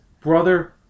brother